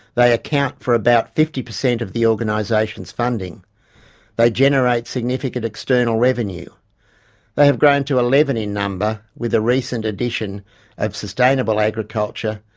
they account for around fifty percent of the organisation's funding they generate significant external revenue they have grown to eleven in number with the recent addition of sustainable agriculture,